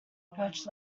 patch